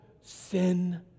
sin